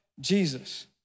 Jesus